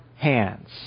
Hands